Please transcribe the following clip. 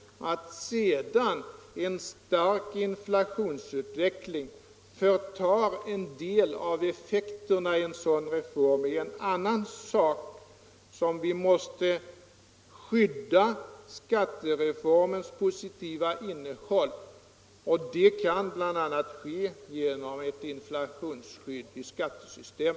Att sedan en stark inflationsutveckling förtar en del av effekterna i en sådan reform är en annan sak. Det är därför vi måste skydda skattereformens positiva innehåll. Det kan bl.a. ske genom ett inflationsskydd i skattesystemet.